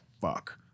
fuck